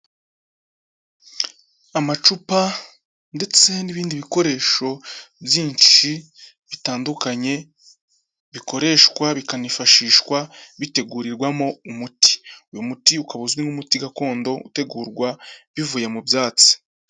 Amacupa ndetse n'ibindi bikoresho byinshi bitandukanye bikoreshwa bikanifashishwa bitegurirwamo umuti, uyu muti ukaba uzwi nk'umuti gakondo utegurwa bivuye mu byatsi.